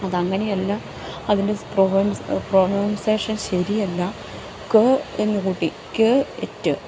അതങ്ങനെയെല്ലാ അതിൻ്റെ പ്രൊണൗൺസേഷൻ ശരിയല്ല ക് എന്നുകൂട്ടി ക് ഇറ്റ്